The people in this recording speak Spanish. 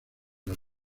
las